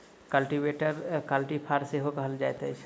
कल्टीवेटरकेँ कल्टी फार सेहो कहल जाइत अछि